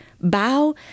bow